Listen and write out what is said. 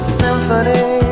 symphony